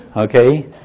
okay